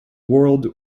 world